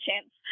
chance